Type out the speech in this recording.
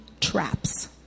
traps